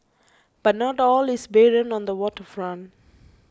but not all is barren on the Water Front